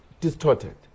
distorted